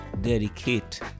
dedicate